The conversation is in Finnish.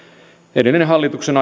edellisen hallituksen